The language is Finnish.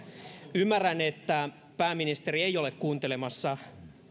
ymmärrän että pääministeri ei ole kuuntelemassa